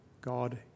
God